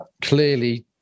clearly